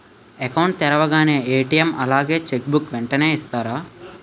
Account తెరవగానే ATM అలాగే cheque book వెంటనే ఇస్తారా?